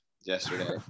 yesterday